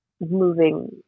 moving